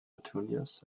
petunias